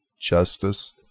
justice